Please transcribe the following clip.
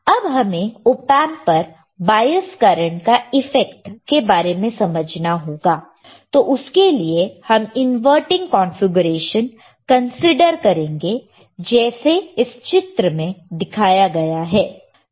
अब हमें ओपेंप पर बायस करंट का इफेक्टके बारे में समझना होगा तो उसके लिए हम इनवर्टिंग कॉन्फ़िगरेशन कंसीडर करेंगे जैसे इस चित्र में दिया गया है